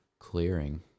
clearing